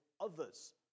others